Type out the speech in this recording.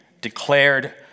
declared